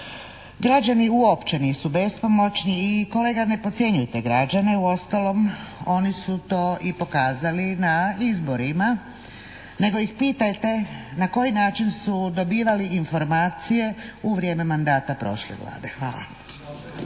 Građani uopće nisu bespomoćni i kolega ne potcjenjujte građane. Uostalom, oni su to i pokazali na izborima, nego ih pitajte na koji način su dobivali informacije u vrijeme mandata prošle Vlade. Hvala.